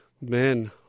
Men